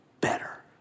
better